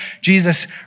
Jesus